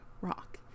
rock